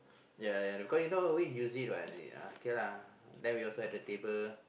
ya ya ya the because you know always use it what then uh kay lah then we also at the table